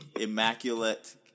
immaculate